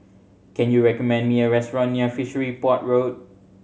can you recommend me a restaurant near Fishery Port Road